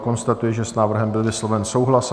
Konstatuji, že s návrhem byl vysloven souhlas.